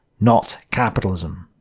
not capitalism.